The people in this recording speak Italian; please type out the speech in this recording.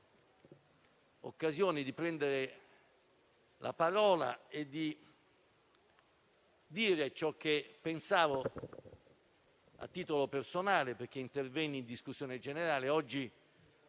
ebbi occasione di prendere la parola e di dire ciò che pensavo a titolo personale intervenendo in discussione generale.